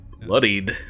bloodied